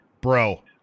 Bro